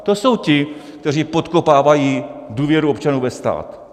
To jsou ti, kteří podkopávají důvěru občanů ve stát!